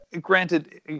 granted